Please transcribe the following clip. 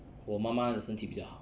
我妈妈的身体比较好